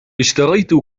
اِشتريت